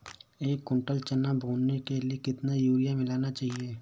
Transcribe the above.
एक कुंटल चना बोने के लिए कितना यूरिया मिलाना चाहिये?